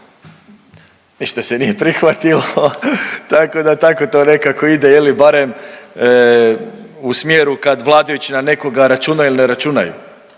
ništa se nije prihvatilo tako da tako to nekako ide je li barem u smjeru kad vladajući na nekoga računaju ili ne računaju.